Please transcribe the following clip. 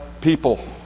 people